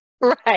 right